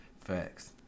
Facts